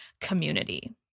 community